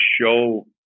show